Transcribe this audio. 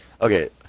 Okay